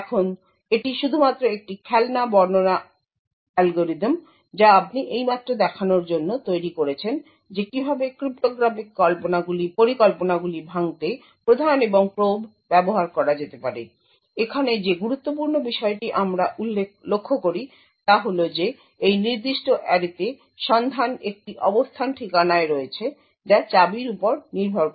এখন এটি শুধুমাত্র একটি খেলনা বর্ণনা অ্যালগরিদম যা আপনি এইমাত্র দেখানোর জন্য তৈরি করেছেন যে কীভাবে ক্রিপ্টোগ্রাফিক পরিকল্পনাগুলি ভাঙতে প্রধান এবং প্রোব ব্যবহার করা যেতে পারে এখানে যে গুরুত্বপূর্ণ বিষয়টি আমরা আমরা লক্ষ্য করি তা হল যে এই নির্দিষ্ট অ্যারেতে সন্ধান একটি অবস্থান ঠিকানায় রয়েছে যা চাবির উপর নির্ভর করে